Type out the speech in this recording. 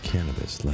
Cannabis